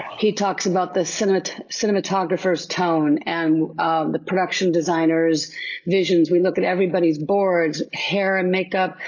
he talks about the cinematographer's tone and the production designer's visions. we look at everybody's boards, hair and makeup.